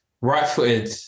right-footed